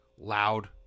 loud